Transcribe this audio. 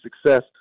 success